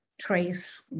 trace